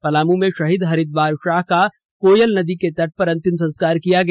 पलामू में शहीद हरिद्वार शाह का कोयल नदी के तट पर अंतिम संस्कार किया गया